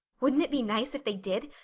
wouldn't it be nice if they did?